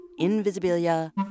Invisibilia